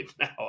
now